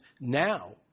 now